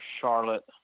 Charlotte